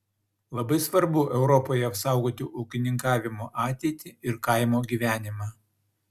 labai svarbu europoje apsaugoti ūkininkavimo ateitį ir kaimo gyvenimą